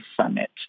summit